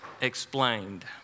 explained